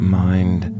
mind